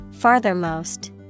Farthermost